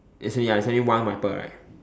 as in ya there's only one wiper right